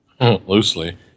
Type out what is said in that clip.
loosely